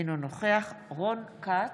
אינו נוכח רון כץ,